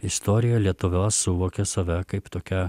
istorija lietuvios suvokė save kaip tokią